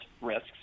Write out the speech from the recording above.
risks